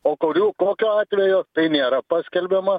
o kurių kokių atvejų tai nėra paskelbiama